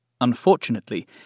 Unfortunately